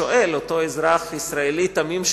ששואל אותו אזרח ישראלי תמים,